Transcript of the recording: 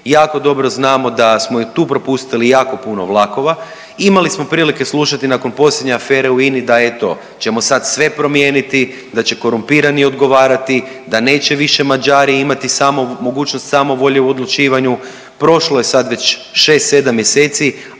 Jako dobro znamo da smo i tu propustili jako puno vlakova. Imali smo prilike slušati nakon posljednje afere u INA-i da eto ćemo sad sve promijeniti, da će korumpirani odgovarati, da neće više Mađari imati samo, mogućnost samovolje u odlučivanju. Prošlo je sad već šest,